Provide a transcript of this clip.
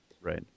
Right